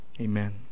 amen